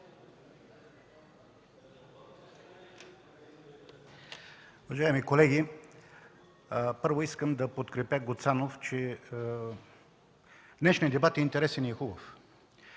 Уважаеми колеги, първо, искам да подкрепя Гуцанов, че днешният дебат е интересен и хубав.